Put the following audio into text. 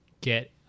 get